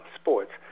sports